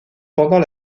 pendant